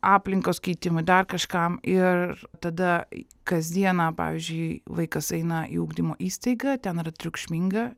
aplinkos keitimui dar kažkam ir tada kasdieną pavyzdžiui vaikas eina į ugdymo įstaigą ten yra triukšminga